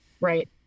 Right